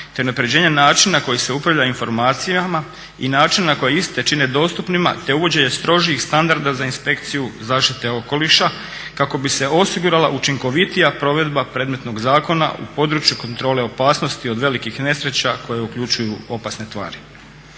te unapređenje načina na koji se upravlja informacijama i načina koja iste čine dostupnima, te uvođenje strožijih standarda za inspekciju zaštite okoliša kako bi se osigurala učinkovitija provedbe predmetnog zakona u području kontrole opasnosti od velikih nesreća koje uključuju opasne tvari.